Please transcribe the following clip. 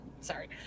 sorry